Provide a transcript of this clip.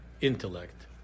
intellect